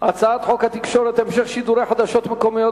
על הצעת חוק התקשורת (המשך שידורי חדשות מקומיות